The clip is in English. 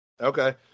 okay